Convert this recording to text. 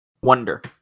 Wonder